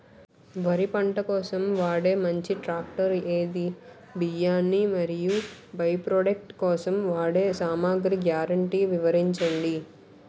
వరి పంట కోత కోసం వాడే మంచి ట్రాక్టర్ ఏది? బియ్యాన్ని మరియు బై ప్రొడక్ట్ కోసం వాడే సామాగ్రి గ్యారంటీ వివరించండి?